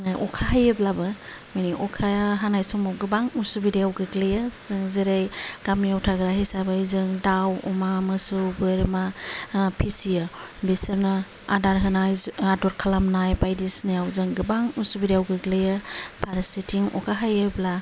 अखा हायोब्लाबो माने अखा हानाय समाव गोबां असुबिदायाव गोग्लैयो जों जेरै गामिआव थाग्रा हिसाबै जों दाव अमा मोसौ बोरमा फिसियो बिसोरनो आदार होनाय आदर खालामनाय बायदिसिनायाव जों गोबां असुबिदायाव गोग्लैयो फारसेथिं अखा हायोब्ला